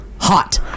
hot